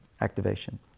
activation